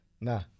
nah